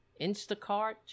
Instacart